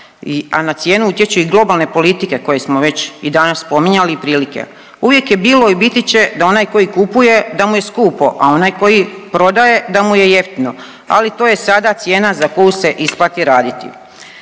a na cijenu utječe i globalne politike koje smo već i danas spominjali i prilike. Uvijek je bilo i biti će da onaj koji kupuje, da mu je skupo, a onaj koji prodaje da mu je jeftino, ali to je sada cijena za koju se isplati raditi.